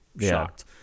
shocked